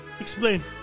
Explain